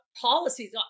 policies